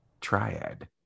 triad